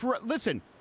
Listen